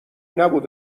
نبود